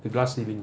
the glass ceiling